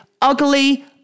ugly